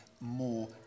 more